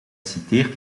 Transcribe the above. citeert